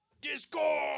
Discord